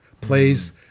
plays